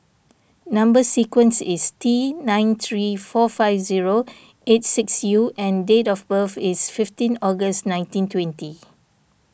Number Sequence is T nine three four five zero eight six U and date of birth is fifteen August nineteen twenty